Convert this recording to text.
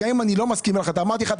גם אם אני לא מסכים להחלטה - אמרתי לך את